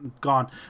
gone